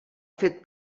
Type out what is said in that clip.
fet